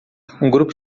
grupo